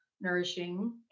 nourishing